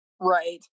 right